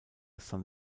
san